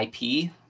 IP